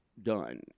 done